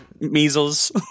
measles